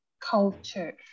culture